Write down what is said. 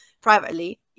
privately